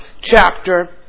chapter